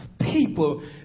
people